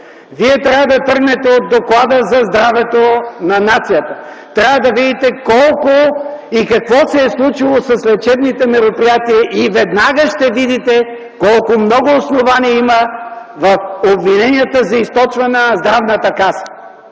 Вие трябва да тръгнете от Доклада за здравето на нацията. Трябва да видите колко и какво се е случило с лечебните мероприятия и веднага ще видите колко много основания има в обвиненията за източване на Здравната каса.